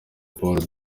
paul